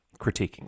critiquing